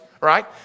Right